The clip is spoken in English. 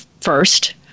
first